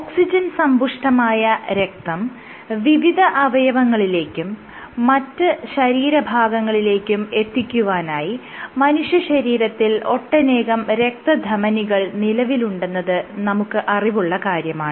oxygen സമ്പുഷ്ടമായ രക്തം വിവിധ അവയവങ്ങളിലേക്കും മറ്റ് ശരീര ഭാഗങ്ങളിലേക്കും എത്തിക്കുവാനായി മനുഷ്യശരീരത്തിൽ ഒട്ടനേകം രക്തധമനികൾ നിലവിലുണ്ടെന്നത് നമുക്ക് അറിവുള്ള കാര്യമാണ്